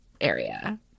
Area